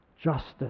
justice